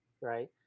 right